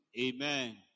Amen